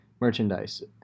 merchandise